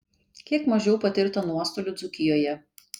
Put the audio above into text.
kiek mažiau patirta nuostolių dzūkijoje